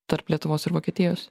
tarp lietuvos ir vokietijos